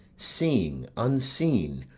seeing, unseen,